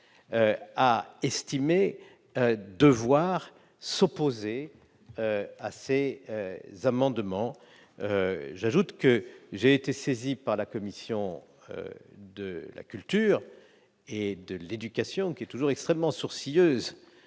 a estimé devoir s'opposer à ces amendements. J'ajoute que j'ai été saisi par la commission de la culture, de l'éducation et de la communication, qui est toujours extrêmement sourcilleuse